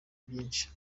byinshi